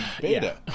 beta